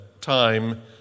time